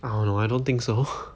I don't know I don't think so